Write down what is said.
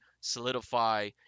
solidify